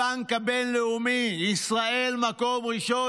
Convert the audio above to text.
הבנק העולמי, ישראל מקום ראשון.